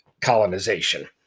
colonization